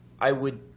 i would